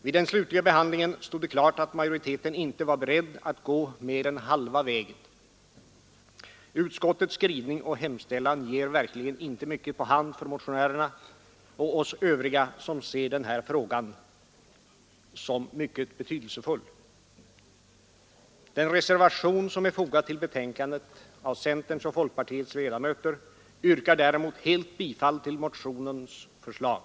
Vid den slutliga behandlingen stod det klart att majoriteten inte var beredd att gå mer än halva vägen. Utskottets skrivning och hemställan ger verkligen inte mycket på hand för motionärerna och oss övriga som ser den här frågan såsom mycket betydelsefull. till betänkandet yrkar däremot helt bifall till motionens förslag.